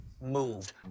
moved